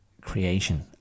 creation